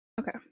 Okay